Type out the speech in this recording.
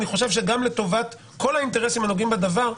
אני חושבת שלטובת כל האינטרסים הנוגעים בדבר,